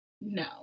no